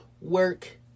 work